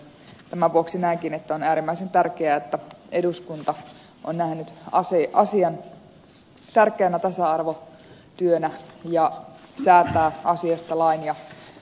tämän vuoksi näenkin että on äärimmäisen tärkeää että eduskunta on nähnyt asian tärkeänä tasa arvotyönä ja säätää asiasta lain